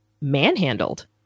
manhandled